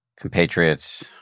compatriots